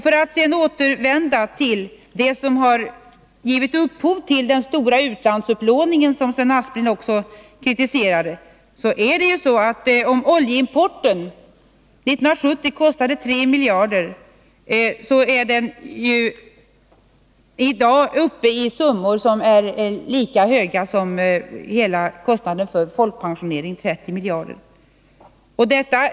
För att sedan återvända till det som givit upphov till den stora utlandsupplåningen, vilken Sven Aspling också kritiserade, kostade oljeimporten 3 miljarder år 1970, medan den i dag är uppe i summor som är lika höga som hela kostnaden för folkpensioneringen, dvs. 30 miljarder.